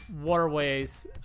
waterways